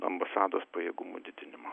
ambasados pajėgumų didinimo